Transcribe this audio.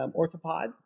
orthopod